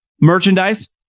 merchandise